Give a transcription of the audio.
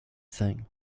thing